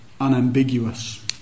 unambiguous